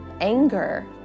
anger